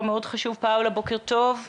פאולה, בוקר טוב.